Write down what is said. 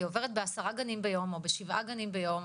היא עוברת בעשרה גנים או בשבעה גנים ביום,